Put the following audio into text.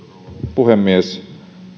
puhemies